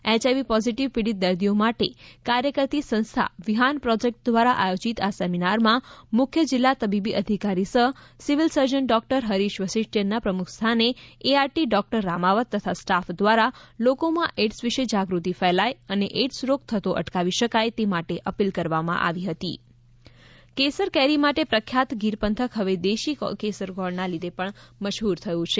એયઆઇવી positive પીડિત દર્દીઓ માટે કાર્ય કરતી સંસ્થા વિહાન પ્રોજેક્ટ દ્વારા આયોજિત આ સેમિનારમાં મુખ્ય જિલ્લા તબીબી અધિકારી સહ સિવિલ સર્જન ડોક્ટર હરીશ વસેટિયનના પ્રમુખ સ્થાને એઆરટી ડોક્ટર રામાવત તથા સ્ટાફ દ્વારા લોકોમાં એઇડ્સ વિશે જાગૃતિ ફેલાય અને એઈડ્સ રોગ થતો અટકાવી શકાય તે માટે અપીલ કરવામાં આવી હતી દેશી ગોળ કેસર કેરી માટે પ્રખ્યા ત ગીર પંથક હવે દેશી કેસર ગોળના લીઘે પણ મશહ્ર થયો છે